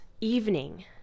evening